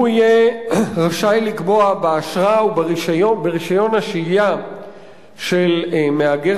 הוא יהיה רשאי לקבוע באשרה וברשיון השהייה של מהגר